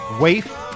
Waif